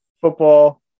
football